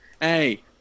hey